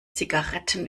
zigaretten